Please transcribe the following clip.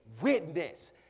witness